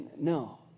no